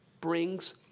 brings